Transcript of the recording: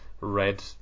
red